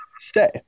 Stay